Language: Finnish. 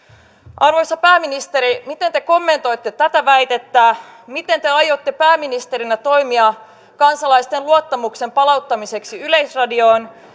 arvoisa pääministeri miten te kommentoitte tätä väitettä miten te aiotte pääministerinä toimia kansalaisten luottamuksen palauttamiseksi yleisradioon